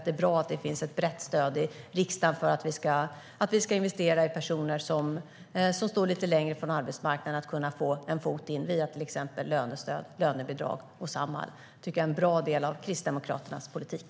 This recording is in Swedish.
Det är bra att det finns ett brett stöd i riksdagen för att investera i personer som står lite längre från arbetsmarknaden så att de kan få in en fot via till exempel lönestöd, lönebidrag och Samhall. Det är en bra del av Kristdemokraternas politik.